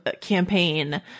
campaign